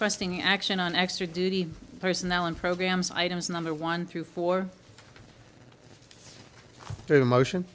requesting action on extra duty personnel and programs items number one through four through the motion